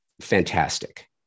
fantastic